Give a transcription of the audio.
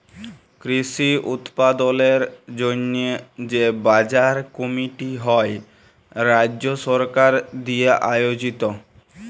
কৃষি উৎপাদলের জন্হে যে বাজার কমিটি হ্যয় রাজ্য সরকার দিয়া আয়জিত